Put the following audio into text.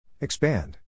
Expand